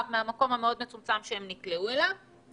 מהמקום המאוד מצומצם שהם נקלעו אליו.